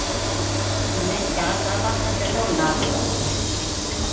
ᱢᱟᱱᱮ ᱪᱟᱥ ᱟᱵᱟᱫᱽ ᱠᱟᱛᱮᱫ ᱫᱚ ᱞᱟᱵᱷ ᱵᱟᱹᱱᱩᱜᱼᱟ